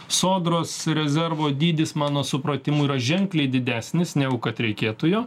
sodros rezervo dydis mano supratimu yra ženkliai didesnis negu kad reikėtų jo